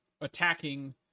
attacking